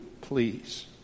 please